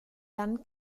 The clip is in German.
jan